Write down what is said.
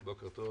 בוקר טוב